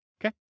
Okay